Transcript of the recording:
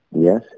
yes